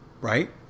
Right